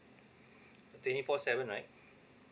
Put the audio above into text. twenty four seven right